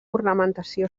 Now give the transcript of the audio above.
ornamentació